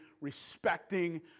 respecting